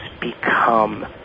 become